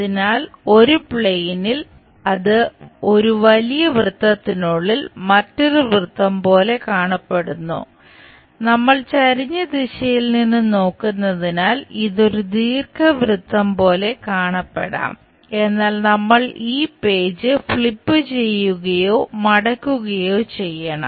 അതിനാൽ ഒരു പ്ലെയിനിൽ ചെയ്യുകയോ മടക്കുകയോ ചെയ്യണം